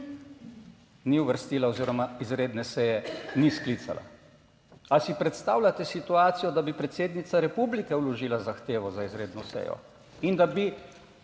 ni uvrstila oziroma izredne seje ni sklicala. Ali si predstavljate situacijo, da bi predsednica republike vložila zahtevo za izredno sejo, in da bi